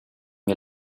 wir